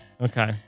Okay